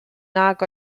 nag